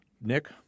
Nick